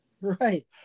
Right